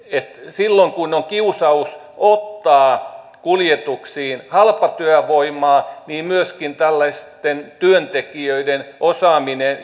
silloin kun on kiusaus ottaa kuljetuksiin halpatyövoimaa niin myöskään tällaisten työntekijöiden osaaminen